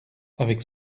avec